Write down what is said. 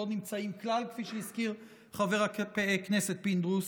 שלא נמצאים כלל כפי שהזכיר חבר הכנסת פינדרוס.